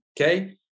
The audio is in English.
Okay